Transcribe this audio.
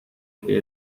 que